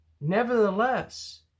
Nevertheless